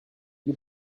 you